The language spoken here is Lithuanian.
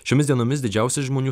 šiomis dienomis didžiausi žmonių